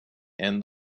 and